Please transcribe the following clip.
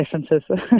differences